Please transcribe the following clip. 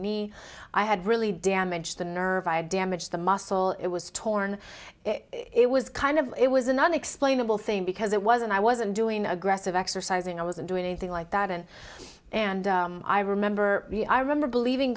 knee i had really damaged the nerve damage the muscle it was torn it was kind of it was an unexplainable thing because it wasn't i wasn't doing aggressive exercising i wasn't doing anything like that and and i remember i remember believ